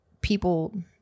people